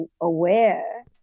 aware